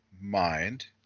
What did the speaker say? mind